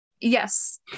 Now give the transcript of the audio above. Yes